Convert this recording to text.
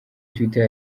twitter